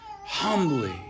humbly